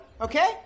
okay